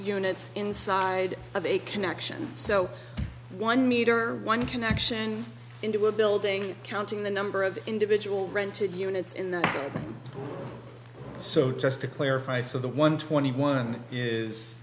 units inside of a connection so one meter or one connection into a building counting the number of individual rented units in the so just to clarify so the one twenty one is